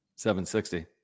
760